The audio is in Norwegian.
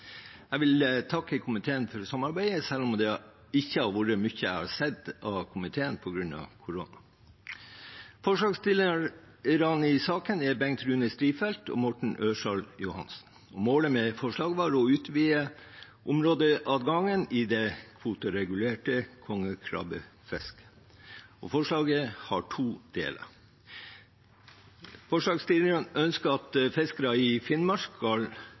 Jeg vil takke komiteen for samarbeidet, selv om jeg ikke har sett mye til komiteen på grunn av korona. Forslagsstillerne i saken er Bengt Rune Strifeldt og Morten Ørsal Johansen. Målet med forslaget er å utvide områdeadgangen i det kvoteregulerte kongekrabbefisket. Forslaget har to deler. Forslagsstillerne ønsker at alle fiskere i Finnmark skal